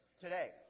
today